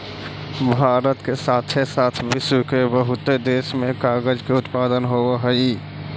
भारत के साथे साथ विश्व के बहुते देश में कागज के उत्पादन होवऽ हई